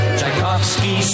Tchaikovsky